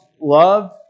love